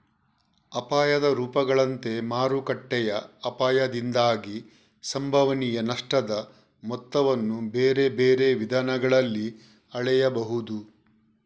ಅಪಾಯದ ರೂಪಗಳಂತೆ ಮಾರುಕಟ್ಟೆಯ ಅಪಾಯದಿಂದಾಗಿ ಸಂಭವನೀಯ ನಷ್ಟದ ಮೊತ್ತವನ್ನು ಬೇರೆ ಬೇರೆ ವಿಧಾನಗಳಲ್ಲಿ ಅಳೆಯಬಹುದು